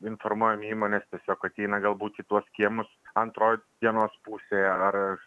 informuojam įmones tiesiog ateina galbūt į tuos kiemus antroj dienos pusėj ar